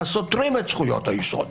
הסותרים את זכויות היסוד?